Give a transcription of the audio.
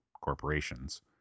corporations